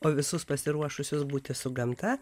o visus pasiruošusius būti su gamta